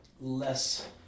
less